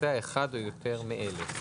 לבצע אחד או יותר מאלה: